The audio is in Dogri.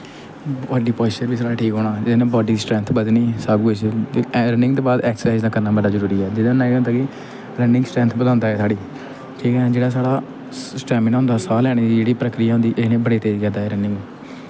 बॉड्डी पोआइशचर बी साढ़ा ठीक होना एह्दे नै बॉड्डी स्ट्रैंथ बधनी सब किश ते रनिंग दे बाद ऐक्सर्साईज़ दा करना बड़ा जरूरी ऐ जेह्दे कन्नै केह् होंदा कि रनिंग स्ट्रैंथ बधांदा एह् साढ़ी ठीक ऐ जेह्ड़ा साढ़ा स्टैमना होंदा साह लैने दी जेह्ड़ी प्रक्रिया होंदी इसी बड़ी तेज़ करदा एह् रनिंग